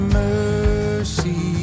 mercy